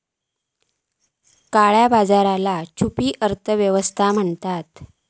काळया बाजाराक छुपी अर्थ व्यवस्था म्हणतत